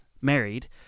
married